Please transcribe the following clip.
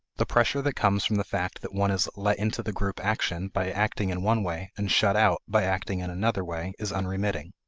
the pressure that comes from the fact that one is let into the group action by acting in one way and shut out by acting in another way is unremitting.